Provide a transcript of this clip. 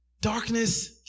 Darkness